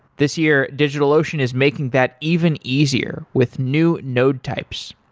this year, digitalocean is making that even easier with new node types.